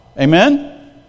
Amen